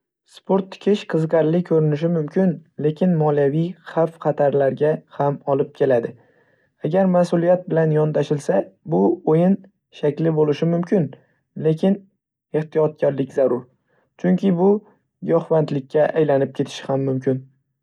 Sport tikish qiziqarli ko‘rinishi mumkin, lekin moliyaviy xavf-xatarlarga ham olib keladi. Agar mas'uliyat bilan yondashilsa, bu o‘yin shakli bo‘lishi mumkin, lekin ehtiyotkorlik zarur, chunki bu giyohvandlikka aylanib ketishi ham mumkin.